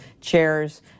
chairs